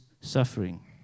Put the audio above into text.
suffering